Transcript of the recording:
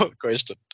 question